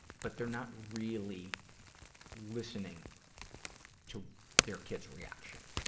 but they're not really listening to their kid's reaction.